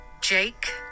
Jake